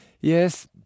Yes